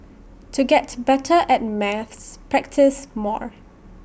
to get better at maths practise more